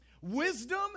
Wisdom